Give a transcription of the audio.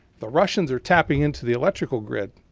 the russians are tapping in to the electrical grid.